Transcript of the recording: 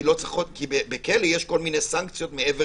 כי בכלא יש כל מיני סנקציות מעבר